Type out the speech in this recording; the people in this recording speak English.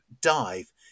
dive